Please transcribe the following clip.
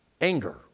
Anger